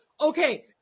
okay